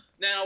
Now